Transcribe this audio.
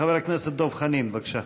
חבר הכנסת דב חנין, בבקשה.